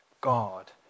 God